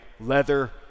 Leather